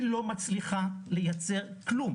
היא לא מצליחה לייצר כלום.